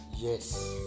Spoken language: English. yes